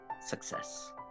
success